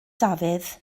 dafydd